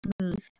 smooth